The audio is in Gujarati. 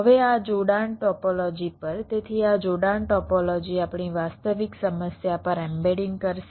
હવે આ જોડાણ ટોપોલોજી પર તેથી આ જોડાણ ટોપોલોજી આપણી વાસ્તવિક સમસ્યા પર એમ્બેડિંગ કરશે